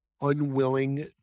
Unwilling